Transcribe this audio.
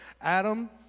Adam